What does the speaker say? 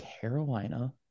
Carolina